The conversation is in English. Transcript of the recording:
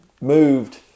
moved